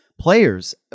Players